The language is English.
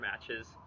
matches